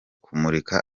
kumurika